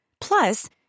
Plus